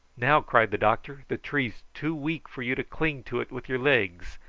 now, cried the doctor, the tree's too weak for you to cling to it with your legs.